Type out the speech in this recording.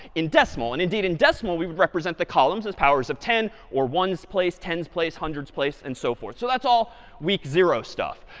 in decimal, and indeed in decimal, we would represent the columns as powers of ten or ones place, ten place, hundreds place, and so forth. so that's all week zero stuff.